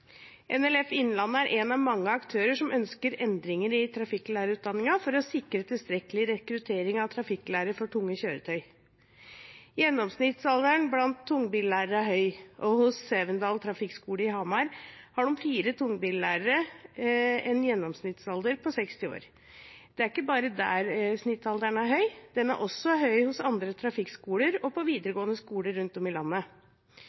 NLF Innlandet er en av mange aktører som ønsker endringer i trafikklærerutdanningen for å sikre tilstrekkelig rekruttering av trafikklærere for tunge kjøretøy. Gjennomsnittsalderen blant tungbillærerne er høy. Hos Sevendal Trafikkskole i Hamar har de fire tungbillærerne en gjennomsnittsalder på 60 år. Det er ikke bare der gjennomsnittsalderen er høy, det er den også hos andre trafikkskoler og på videregående skoler rundt om i landet.